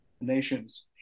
nations